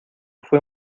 fue